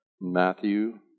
Matthew